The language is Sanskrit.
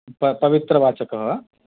पवित्रवाचकः वा